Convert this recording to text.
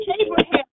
Abraham